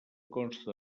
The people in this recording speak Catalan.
consta